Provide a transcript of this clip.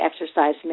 exercise